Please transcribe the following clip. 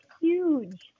huge